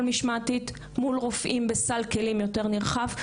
משמעתית מול רופאים בסל כלים יותר נרחב,